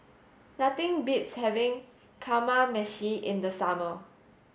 nothing beats having Kamameshi in the summer